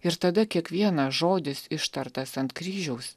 ir tada kiekvienas žodis ištartas ant kryžiaus